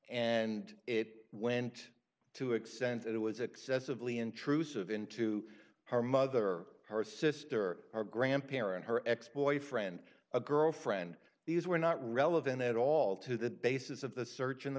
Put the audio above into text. and it went to accent it was excessively intrusive into her mother her sister or grandparent her ex boyfriend a girlfriend these were not relevant at all to the basis of the search in the